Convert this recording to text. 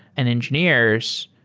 and engineers,